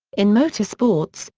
in motorsports,